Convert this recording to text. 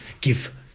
give